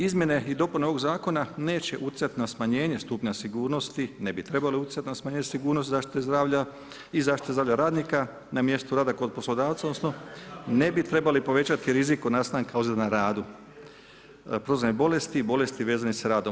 Izmijene i dopune ovog zakona neće utjecati na smanjenje stupnja sigurnosti, ne bi trebale utjecati na smanjenje sigurnosti zaštite zdravlja i zaštite zdravlja radnika na mjestu rada kod poslodavca, odnosno ne bi trebali povećati rizik od nastanka ozljeda na radu, profesionalne bolesti, bolesti vezanih sa radom.